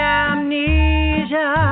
amnesia